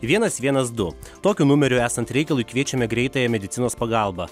vienas vienas du tokiu numeriu esant reikalui kviečiame greitąją medicinos pagalbą